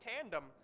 tandem